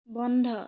বন্ধ